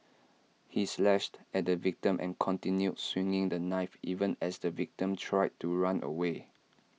he slashed at the victim and continued swinging the knife even as the victim tried to run away